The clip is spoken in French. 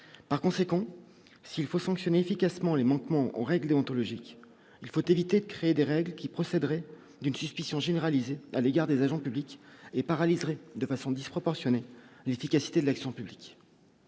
par conséquent, s'il faut sanctionner efficacement les manquements aux règles ontologique, il faut éviter de créer des règles qui procéderait d'une suspicion généralisée à l'égard des agents publics et paralyserait de façon disproportionnée, efficacité de l'action publique